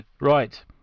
Right